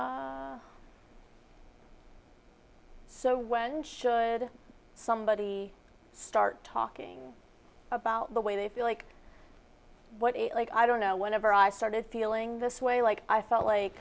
ok so when should somebody start talking about the way they feel like like i don't know whenever i started feeling this way like i felt like